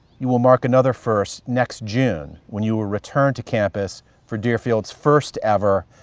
you will mark another first next june when you will return to campus for deerfield's first ever,